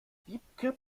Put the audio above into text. wiebke